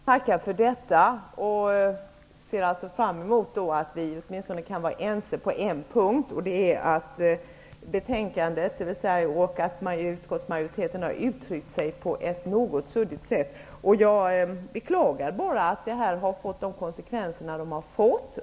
Herr talman! Jag tackar för detta. Jag ser fram emot att vi åtminstone kan vara ense på en punkt, dvs. om att utskottsmajoriteten har uttryckt sig på ett något suddigt sätt. Jag beklagar bara att det har fått de konsekvenser det har fått.